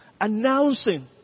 announcing